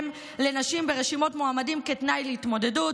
לנשים ברשימות מועמדים כתנאי להתמודדות.